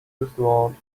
restaurant